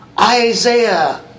Isaiah